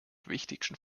wichtigsten